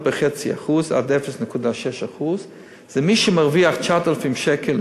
ב-0.5% 0.6%. מי שמרוויח 9,000 שקל,